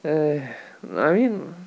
!aiya! I mean